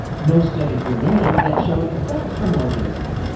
no studies remained that showed effects from low doses.